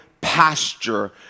pasture